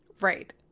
right